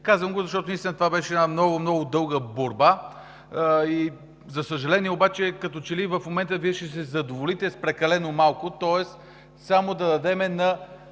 Казвам го, защото наистина това беше една много, много дълга борба и за съжаление обаче, като че ли в момента Вие ще се задоволите с прекалено малко, тоест само да дадем на